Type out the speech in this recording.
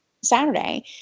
Saturday